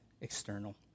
external